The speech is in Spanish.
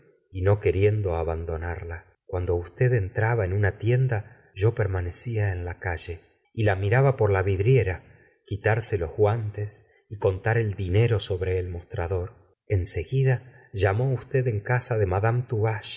y no queriendo aban donarla cuando usted entraba en una tienda yo permanecía en la calle y la miraba por la vidriera quitarse los guantes y contar el dinero sobre el mostrador en seguida llamó usted en casa de roadame